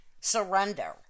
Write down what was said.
surrender